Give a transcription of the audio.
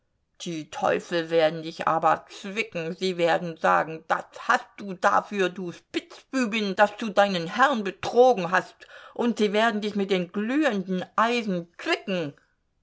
die teufel werden dich aber zwicken sie werden sagen das hast du dafür du spitzbübin daß du deinen herrn betrogen hast und sie werden dich mit den glühenden eisen